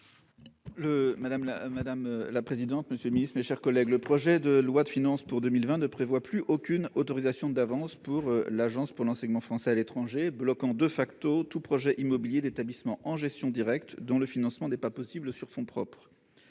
: La parole est à M. Jean-Yves Leconte. Le projet de loi de finances pour 2020 ne prévoit plus aucune autorisation d'avance pour l'Agence pour l'enseignement français à l'étranger (AEFE), bloquant tout projet immobilier d'établissement en gestion directe, dont le financement n'est pas possible sur fonds propres.